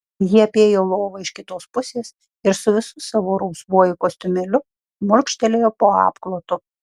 ji apėjo lovą iš kitos pusės ir su visu savo rausvuoju kostiumėliu šmurkštelėjo po apklotu